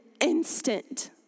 instant